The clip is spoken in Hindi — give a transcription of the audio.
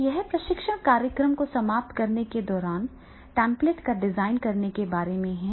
तो यह प्रशिक्षण कार्यक्रम को समाप्त करने के दौरान टेम्पलेट को डिजाइन करने के बारे में है